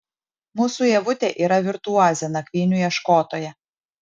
mūsų ievutė yra virtuozė nakvynių ieškotoja